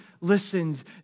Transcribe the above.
listens